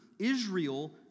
Israel